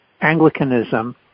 Anglicanism